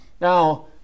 Now